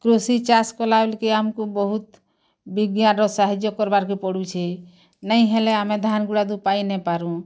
କୃଷି ଚାଷ୍ କଲା ବେଲ୍କି ଆମକୁ ବହୁତ ବିଜ୍ଞାନ୍ ର ସାହାଯ୍ୟ କରବାର୍ କେ ପଡୁଛେ ନାଇଁ ହେଲେ ଆମେ ଧାନ୍ ଗୁଡ଼ାକ ପାଇଁ ନ ପାରୁ